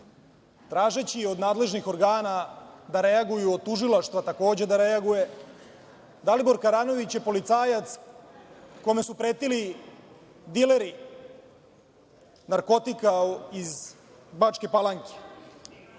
tražeći od nadležnih organa da reaguju, od Tužilaštva takođe da reaguje. Dalibor Karanović je policajac kome su pretili dileri narkotika iz Bačke Palanke.